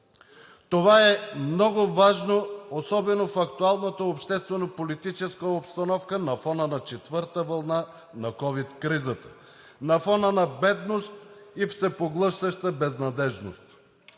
Това е много важно, особено в актуалната обществено политическа обстановка, на фона на четвърта вълна на ковид кризата, на фона на бедност и всепоглъщаща безнадеждност.